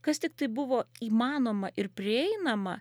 kas tiktai buvo įmanoma ir prieinama